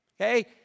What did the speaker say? Okay